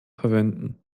verwenden